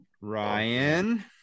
Ryan